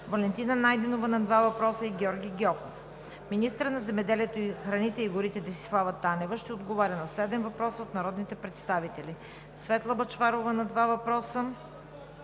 Валентина Найденова – два въпроса, и Георги Гьоков. 5. Министърът на земеделието, храните и горите Десислава Танева ще отговори на седем въпроса от народните представители Светла Бъчварова – два въпроса;